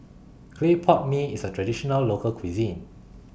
Clay Pot Mee IS A Traditional Local Cuisine